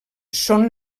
són